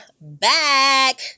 back